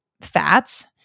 fats